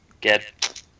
Get